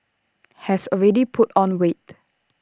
has already put on weight